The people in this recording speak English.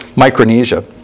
Micronesia